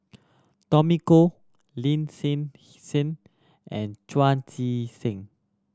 Tommy Koh Lin Hsin Hsin and Chu Chee Seng